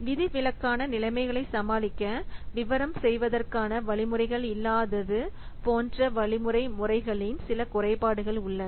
விதிவிலக்கான நிலைமைகளைச் சமாளிக்க விவரம் செய்வதற்கான வழிமுறைகள் இல்லாதது போன்ற வழிமுறை முறைகளின் சில குறைபாடுகள் உள்ளன